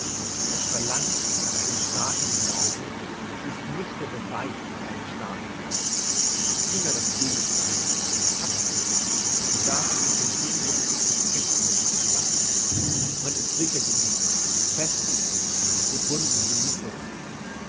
das verlangen nach einem starken glauben ist nicht der beweis eines starken glaubens vielmehr das gegentheil hat man ihn so darf man sich den schönen luxus der skepsis gestatten man ist sicher genug fest genug gebunden genug dazu